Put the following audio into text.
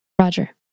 Roger